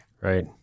right